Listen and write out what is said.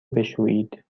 بشویید